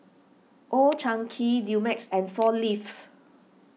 Old Chang Kee Dumex and four Leaves